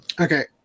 Okay